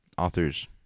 Authors